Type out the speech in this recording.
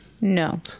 No